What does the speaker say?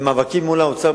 במאבקים מול האוצר,